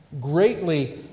greatly